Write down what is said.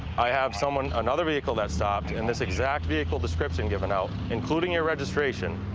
i have someone another vehicle that stopped, and this exact vehicle description given out, including your registration,